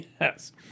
Yes